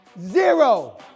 zero